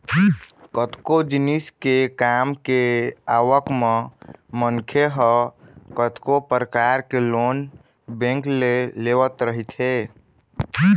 कतको जिनिस के काम के आवक म मनखे ह कतको परकार के लोन बेंक ले लेवत रहिथे